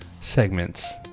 segments